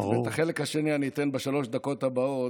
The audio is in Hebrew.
את החלק השני אני אתן בשלוש הדקות הבאות,